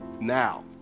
Now